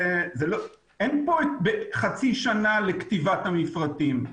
אין פה חצי שנה לכתיבת המפרטים,